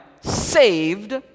saved